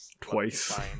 Twice